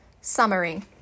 Summary